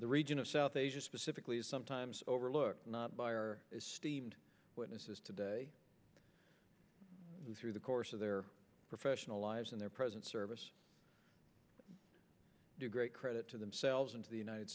the region of south asia specifically is sometimes overlooked not by our steamed witnesses today who through the course of their professional lives in their present service do great credit to themselves and to the united